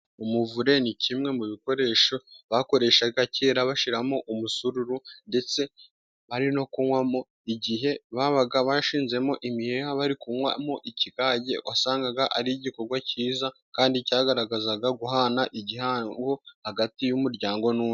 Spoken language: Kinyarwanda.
Umuvure ni kimwe mu bikoresho bakoreshaga kera bashyiramo umusururu，undetse ari no kunywamo igihe babaga bashinzemo imiheha bari kunywamo ikigage wasangaga ari igikorwa cyiza kandi cyagaragazaga guhana igihango hagati y'umuryango n'undi.